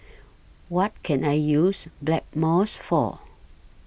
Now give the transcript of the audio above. What Can I use Blackmores For